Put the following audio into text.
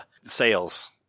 sales